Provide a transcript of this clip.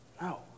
No